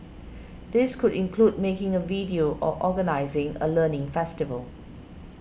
these could include making a video or organising a learning festival